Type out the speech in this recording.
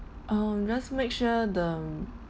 um just make sure the